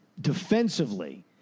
defensively